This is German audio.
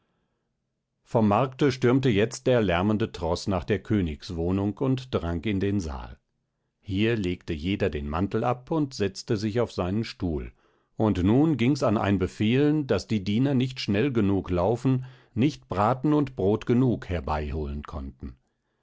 vom markte stürmte jetzt der lärmende troß nach der königswohnung und drang in den saal hier legte jeder den mantel ab und setzte sich auf seinen stuhl und nun ging's an ein befehlen daß die diener nicht schnell genug laufen nicht braten und brot genug herbeiholen konnten